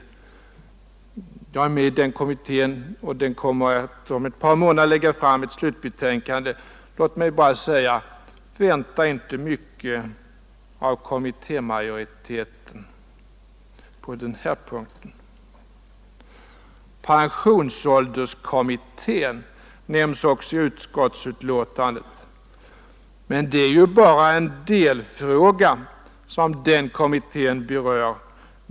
Jag är med i den kommittén, och den kommer att om ett par månader lägga fram sitt slutbetänkande. Låt mig bara säga: Vänta inte mycket av kommittémajoriteten på den här punkten! Pensionsålderskommittén nämns också i utskottsbetänkandet. Men det är ju bara en delfråga som den kommittén berör.